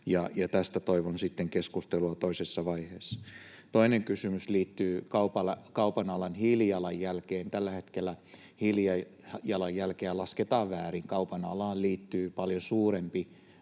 tästä toivon sitten keskustelua toisessa vaiheessa. Toinen kysymys liittyy kaupan alan hiilijalanjälkeen. Tällä hetkellä hiilijalanjälkeä lasketaan väärin. Kaupan alaan liittyy paljon suurempi